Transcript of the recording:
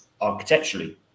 architecturally